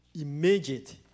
immediate